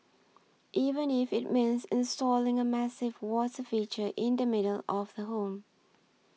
even if it means installing a massive water feature in the middle of the home